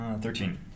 Thirteen